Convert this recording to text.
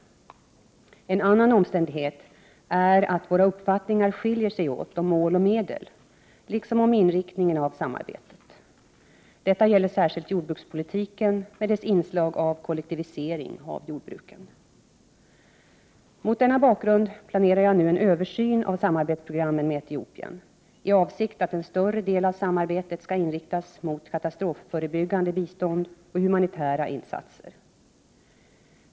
En annan omständighet är att våra uppfattningar skiljer sig åt om mål och medel, liksom om inriktningen av samarbetet. Detta gäller särskilt jordbrukspolitiken med dess inslag av kollektivisering av jordbruken. Mot denna bakgrund planerar jag nu en översyn av samarbetsprogrammen beträffande Etiopien i avsikt att en större del av samarbetet skall inriktas mot katastrofförebyggande bistånd och humanitära insatser.